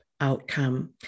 outcome